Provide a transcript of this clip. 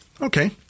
Okay